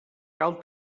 cal